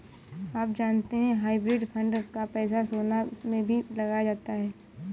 आप जानते है हाइब्रिड फंड का पैसा सोना में भी लगाया जाता है?